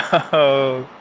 oh